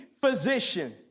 physician